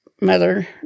mother